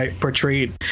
portrayed